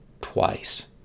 twice